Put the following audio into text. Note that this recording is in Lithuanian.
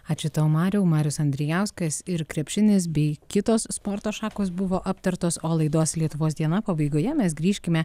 ačiū tau mariau marius andrijauskas ir krepšinis bei kitos sporto šakos buvo aptartos o laidos lietuvos diena pabaigoje mes grįžkime